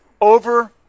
over